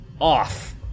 off